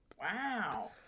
wow